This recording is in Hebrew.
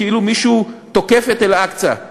כאילו מישהו תוקף את אל-אקצא.